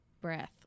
breath